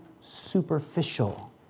superficial